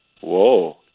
Whoa